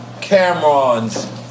Cameron's